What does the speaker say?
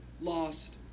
lost